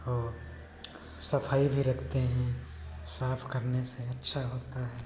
और सफाई भी रखते हैं साफ़ करने से अच्छा होता है